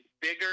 bigger